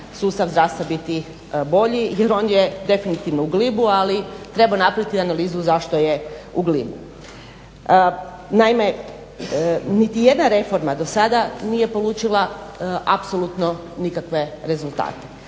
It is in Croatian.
sustav zdravstva biti bolji jer on je definitivno u glibu ali treba napraviti analizu zašto je u glibu. Naime, nitijedna reforma dosada nije polučila apsolutno nikakve rezultate.